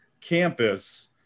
Campus